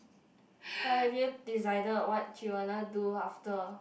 but have you decided what you wanna do after